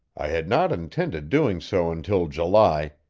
i had not intended doing so until july,